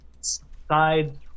side